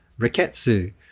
Riketsu